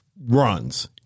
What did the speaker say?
runs